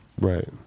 Right